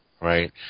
right